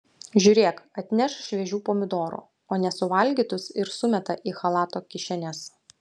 žiūrėk atneš šviežių pomidorų o nesuvalgytus ir sumeta į chalato kišenes